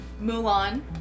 Mulan